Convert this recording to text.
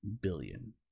Billion